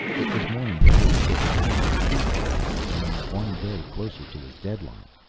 it was morning before he could return to the food warehouse and one day closer to his deadline.